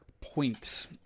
point